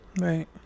Right